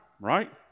right